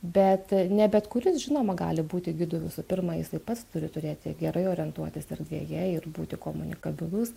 bet ne bet kuris žinoma gali būti gidu visų pirma jisai pats turi turėti gerai orientuotis erdvėje ir būti komunikabilus